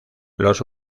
los